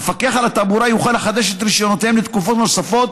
המפקח על התעבורה יוכל לחדש את רישיונותיהם לתקופות נוספות,